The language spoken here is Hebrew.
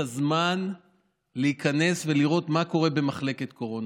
הזמן להיכנס ולראות מה קורה במחלקת קורונה.